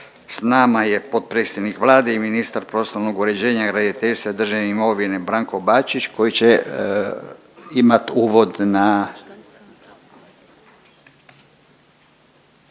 S nama je potpredsjednik Vlade i ministar prostornog uređenja, graditeljstva i državne imovine Branko Bačić koji će imat uvod na